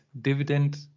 dividend